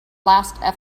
last